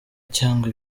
cyangwa